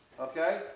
okay